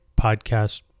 podcast